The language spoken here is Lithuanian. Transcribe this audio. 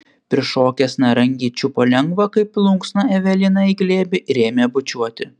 prišokęs nerangiai čiupo lengvą kaip plunksną eveliną į glėbį ir ėmė bučiuoti